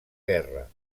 guerra